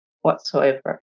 whatsoever